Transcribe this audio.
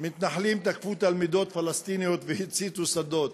"מתנחלים תקפו תלמידות פלסטיניות והציתו שדות".